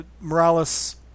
Morales